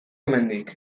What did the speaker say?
hemendik